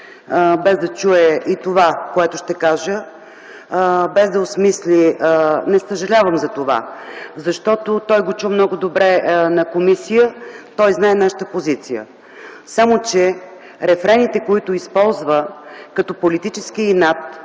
без да чуе и това, което ще кажа, без да го осмисли. Не съжалявам за това, защото той го чу много добре в комисията, той знае нашата позиция. Само че рефрените, които използва като „политически инат”,